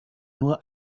nur